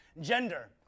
Gender